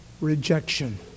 rejection